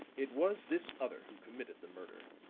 it was this other who committed the murder.